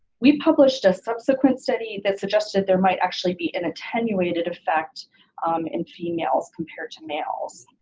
we published a subsequent study that suggested there might actually be an attenuated effect in females compared to males.